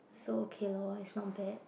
so okay lor is not bad